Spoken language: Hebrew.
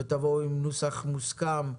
על מתקנים אלחוטיים,